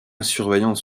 surveillance